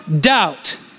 doubt